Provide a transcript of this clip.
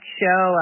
show